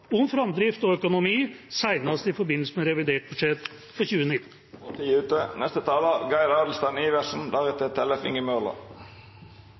om framdrift og økonomi, senest i forbindelse med revidert budsjett for 2019.